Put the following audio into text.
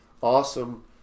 awesome